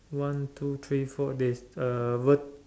one two three four there is a vert~